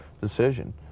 decision